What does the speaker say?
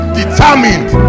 determined